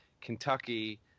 Kentucky –